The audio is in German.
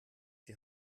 die